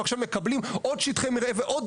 עכשיו מקבלים עוד שטחי מרעה ועוד